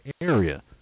area